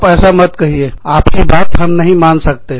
आप ऐसा मत कहिए आपकी बात हम नहीं मान सकते